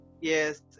Yes